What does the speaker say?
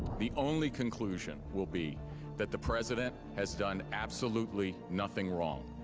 the only conclusion will be that the president has done absolutely nothing wrong.